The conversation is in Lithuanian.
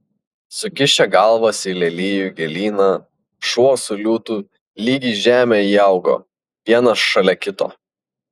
sukišę galvas į lelijų gėlyną šuo su liūtu lyg į žemę įaugo vienas šalia kito